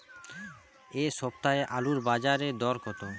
এ সপ্তাহে আলুর বাজারে দর কত?